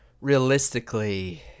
realistically